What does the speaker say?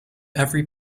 every